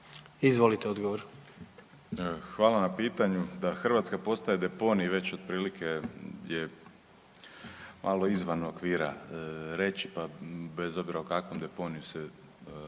Josip (HDZ)** Hvala na pitanju. Da Hrvatska postaje deponij već otprilike je malo izvan okvira reći pa bez obzira o kakvom deponiju se